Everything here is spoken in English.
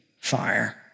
fire